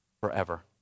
forever